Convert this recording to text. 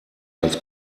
als